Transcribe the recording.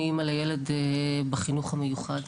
אני אמא לילד בחינוך המיוחד,